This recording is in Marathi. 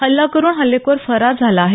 हल्लाकरून हल्लेखोर फरार झाला आहे